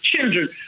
children